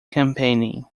campaigning